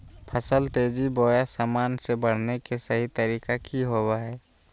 फसल तेजी बोया सामान्य से बढने के सहि तरीका कि होवय हैय?